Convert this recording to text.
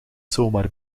zomaar